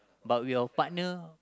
but with our partner